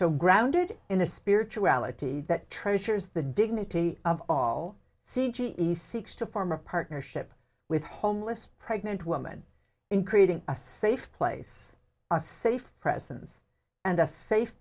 so grounded in a spirituality that treasures the dignity of all c g e seeks to form a partnership with homeless pregnant woman in creating a safe place a safe presence and a safe